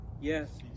yes